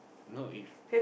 no if